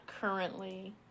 currently